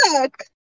look